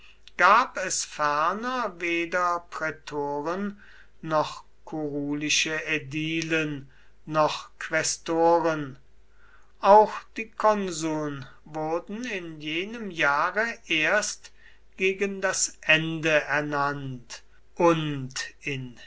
gab es ferner weder prätoren noch kurulische ädilen noch quästoren auch die konsuln wurden in jenem jahre erst gegen das ende ernannt und in